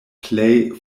plej